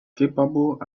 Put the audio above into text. capable